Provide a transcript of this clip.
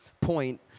Point